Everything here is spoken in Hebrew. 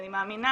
אני מאמינה